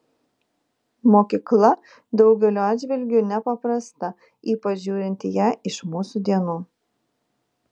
mokykla daugeliu atžvilgiu nepaprasta ypač žiūrint į ją iš mūsų dienų